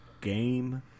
game